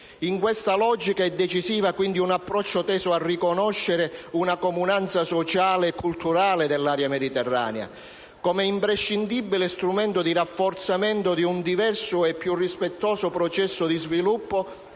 In questa logica è decisivo, quindi, un approccio teso a riconoscere una comunanza sociale e culturale dell'area mediterranea, come imprescindibile strumento di rafforzamento di un diverso e più rispettoso processo di sviluppo